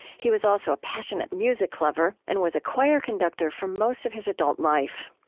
he was also a passionate music lover and was a choir conductor for most of his adult life.